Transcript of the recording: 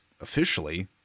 officially